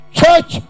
church